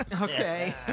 Okay